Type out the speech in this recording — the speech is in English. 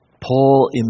Paul